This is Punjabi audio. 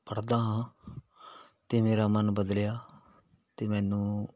ਪੜ੍ਹਦਾ ਹਾਂ ਅਤੇ ਮੇਰਾ ਮਨ ਬਦਲਿਆ ਅਤੇ ਮੈਨੂੰ